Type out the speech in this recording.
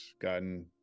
gotten